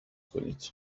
کنید